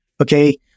Okay